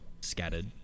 scattered